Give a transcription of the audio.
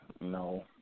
No